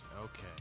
Okay